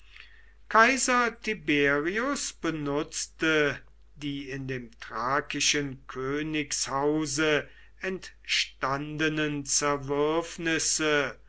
kaiser tiberius benutzte die in dem thrakischen königshause entstandenen